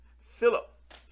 Philip